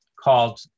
called